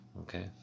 okay